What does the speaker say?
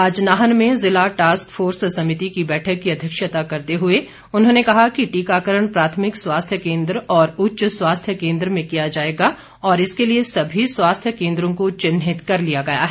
आज नाहन में जिला टास्क फोर्स समिति की बैठक की अध्यक्षता करते हुए उन्होंने कहा कि टीकाकरण प्राथमिक स्वास्थ्य केन्द्र और उच्च स्वास्थ्य केन्द्र में किया जाएगा और इसके लिए समी स्वास्थ्य केन्द्रों को चिन्हित कर लिया गया है